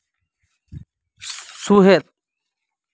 ᱥᱩᱦᱮᱫ